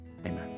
amen